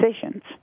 decisions